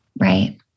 Right